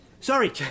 Sorry